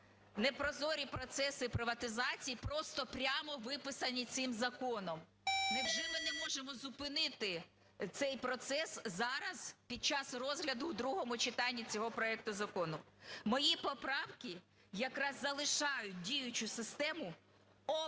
непрозорі процеси приватизації просто прямо виписані цим законом? Невже ми не можемо зупинити цей процес зараз під час розгляду у другому читанні цього проекту закону? Мої поправки якраз залишають діючу систему оприлюднення